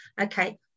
okay